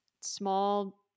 small